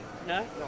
No